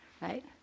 right